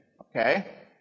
okay